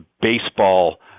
baseball